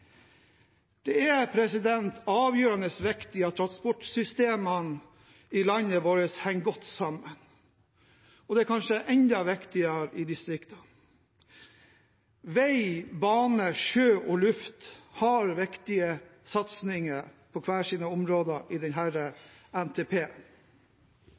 Det er derfor avgjørende viktig at transportsystemene i landet vårt henger godt sammen. Det er kanskje enda viktigere i distriktene. Vei, bane, sjø og luft er viktige satsinger på hver sine områder i